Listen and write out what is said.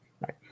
Right